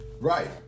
Right